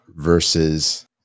versus